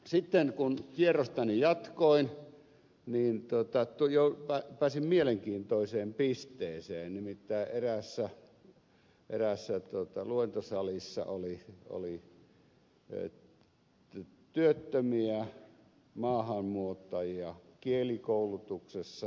sitten kun kierrostani jatkoin pääsin mielenkiintoiseen pisteeseen nimittäin eräässä luentosalissa oli työttömiä maahanmuuttajia kielikoulutuksessa